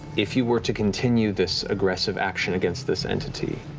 if you were to continue this aggressive action against this entity,